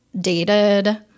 dated